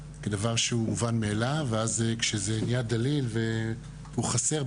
שרת ההתיישבות אמורה להגיע ולכבד אותנו בנוכחותה לזמן קצר.